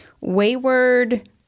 wayward